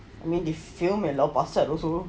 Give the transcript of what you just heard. I mean they filmed at lau pa sat also